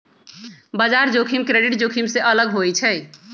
बजार जोखिम क्रेडिट जोखिम से अलग होइ छइ